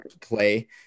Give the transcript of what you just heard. play